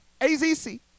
AZC